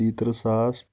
تیٚیہِ تٕرٛہ ساس